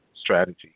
strategy